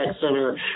center